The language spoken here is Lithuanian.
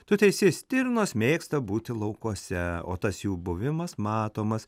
tu teisi stirnos mėgsta būti laukuose o tas jų buvimas matomas